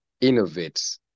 innovate